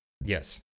Yes